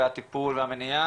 והתסכול והמניעה,